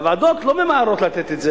והוועדות לא ממהרות לתת את זה,